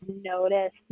notice